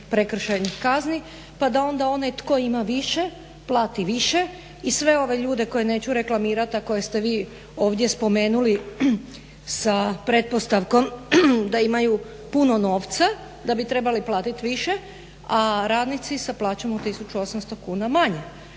prekršajnih kazni pa da onda onaj tko ima više plati više i sve ove ljude koje neću reklamirat a koje ste vi ovdje spomenuli sa pretpostavkom da imaju puno novca, da bi trebali platiti više a radnici sa plaćom od 1800 kuna manje.